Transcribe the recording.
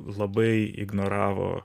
labai ignoravo